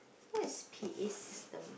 what is P_A system